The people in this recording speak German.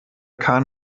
kahn